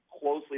closely